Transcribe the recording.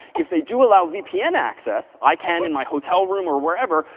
if they do allow vpn access, i can, in my hotel room or wherever,